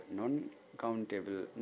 non-countable